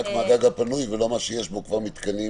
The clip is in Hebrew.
רק מהגג הפנוי ולא מה שיש בו כבר מתקנים קיימים.